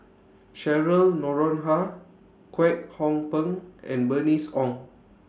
Cheryl Noronha Kwek Hong Png and Bernice Ong